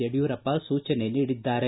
ಯಡಿಯೂರಪ್ಪ ಸೂಚನೆ ನೀಡಿದ್ದಾರೆ